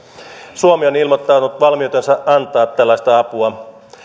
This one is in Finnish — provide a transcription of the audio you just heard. suomi on ilmoittanut valmiutensa antaa tällaista apua